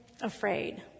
afraid